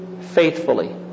faithfully